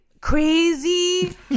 crazy